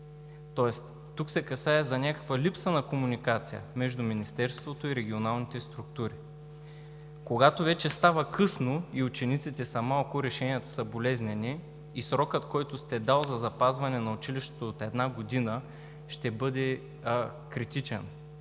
Тоест тук се касае за някаква липса на комуникация между Министерството и регионалните структури. Когато вече става късно и учениците са малко, решенията са болезнени и срокът от една година, който сте дал за запазване на училището, ще бъде критичен.